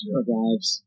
arrives